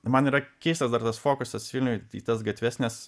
man yra keistas dar tas fokusas vilniuj tai tas gatves nes